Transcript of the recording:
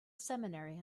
seminary